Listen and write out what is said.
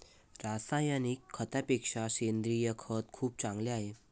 रासायनिक खतापेक्षा सेंद्रिय खत खूप चांगले आहे